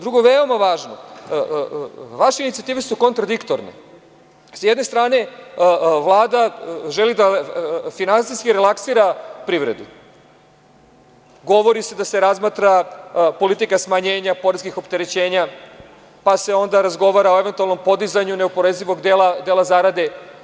Drugo veoma važno, vaše inicijative su kontradiktorne, sa jedne strane Vlada želi da finansijski relaksira privredu, govori se da se razmatra politika smanjenja poreskih opterećenja, pa se onda razgovara o eventualnom podizanju neoporezivog dela zarada.